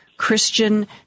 Christian